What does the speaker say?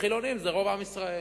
וחילונים זה רוב עם ישראל.